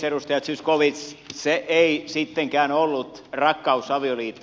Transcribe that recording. edustaja zyskowicz se ei sittenkään ollut rakkausavioliitto